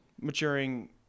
maturing